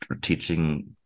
teaching